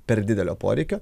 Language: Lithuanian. per didelio poreikio